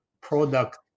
product